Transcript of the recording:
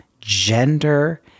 gender